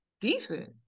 decent